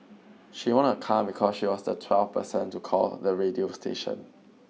she won a car because she was the twelfth person to call the radio station